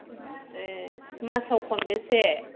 ए मासाव खनबेसे